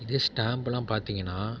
இதே ஸ்டாம்புலாம் பார்த்திங்கனா